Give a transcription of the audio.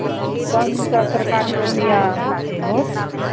कौन सब सरकार को दिया वोट